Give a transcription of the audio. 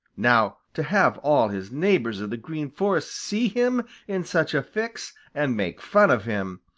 now to have all his neighbors of the green forest see him in such a fix and make fun of him,